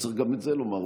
צריך גם את זה לומר.